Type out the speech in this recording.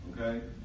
Okay